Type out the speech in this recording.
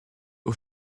aux